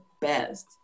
best